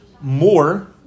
more